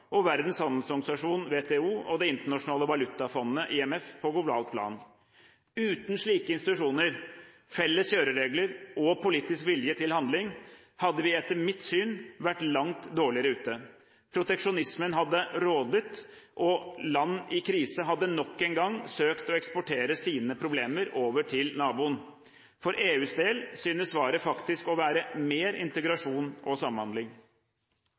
og Verdens Handelsorganisasjon, WTO, og Det internasjonale valutafondet, IMF, på globalt plan. Uten slike institusjoner, felles kjøreregler og politisk vilje til handling hadde vi, etter mitt syn, vært langt dårligere ute. Proteksjonismen hadde rådet, og land i krise hadde nok en gang søkt å eksportere sine problemer over til naboen. For EUs del synes svaret faktisk å være mer integrasjon og samhandling.